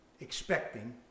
expecting